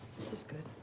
this is good.